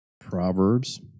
Proverbs